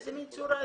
איזו מין צורה זאת?